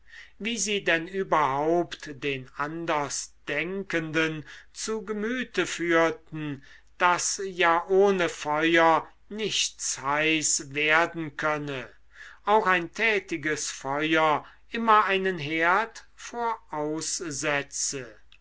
wie sie denn überhaupt den anders denkenden zu gemüte führten daß ja ohne feuer nichts heiß werden könne auch ein tätiges feuer immer einen herd voraussetze